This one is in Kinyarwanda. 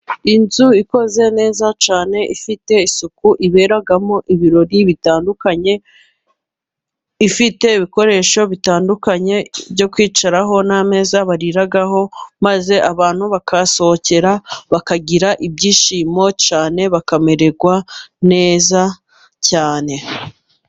Inzu ikoze neza cyane ifite isuku iberamo ibirori bitandukanye ifite ibikoresho bitandukanye byo kwicaraho n'ameza bariraho, maze abantu bakahasohokera bakagira ibyishimo cyane, bakamererwa neza cyane.